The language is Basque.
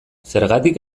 zergatik